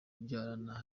kubyarana